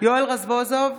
יואל רזבוזוב,